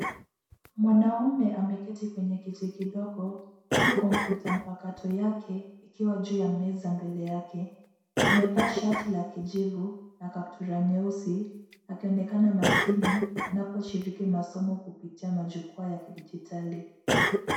Mwanaume ameketi kwenye kiti kidogo huku kompyuta mpakato yake ikiwa juu ya meza mbele yake. Amevaa shati ya kijivu na kaptura nyeusi akionekana makini anaposhiriki masomo kupitia majukwaa ya kidijitali.